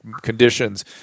conditions